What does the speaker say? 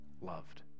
loved